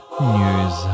news